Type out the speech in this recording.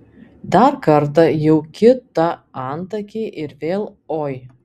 dar kartą jau kitą antakį ir vėl oi